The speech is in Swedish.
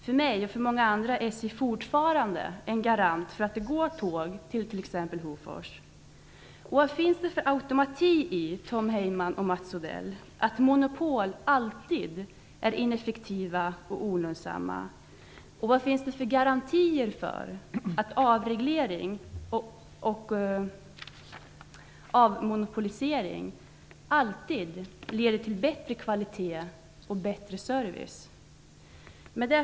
För mig och många andra är SJ fortfarande en garant för att det går tåg till t.ex. Hofors. Jag vill fråga Tom Heyman och Mats Odell vad det finns för automatik i att monopol alltid är ineffektiva och olönsamma. Vad finns det för garantier för att avreglering och avmonopolisering alltid leder till bättre kvalitet och bättre service?